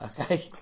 okay